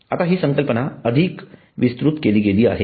आता हि संकल्पना अधिक विस्तृत केली गेली आहे